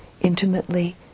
intimately